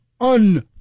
un